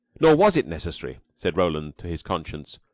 nor was it necessary, said roland to his conscience.